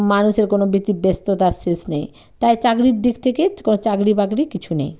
মানুষের কোনো ব্যতিব্যস্ততার শেষ নেই তাই চাকরির দিক থেকে কোনো চাকরি বাকরি কিছু নেই